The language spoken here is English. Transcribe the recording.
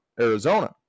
Arizona